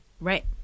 Right